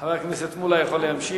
חבר הכנסת מולה יכול להמשיך.